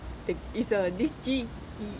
taki~ it's a this G_E